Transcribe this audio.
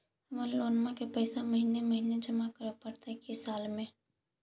हमर लोन के पैसा महिने महिने जमा करे पड़तै कि साल में?